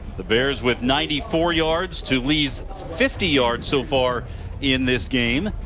the bears with ninety four yards to lee's fifty yards so far in this game.